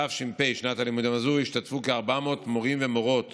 תש"ף, שנת לימודים זו, השתתפו כ-400 מורים ומורות